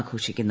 ആഘോഷിക്കുന്നു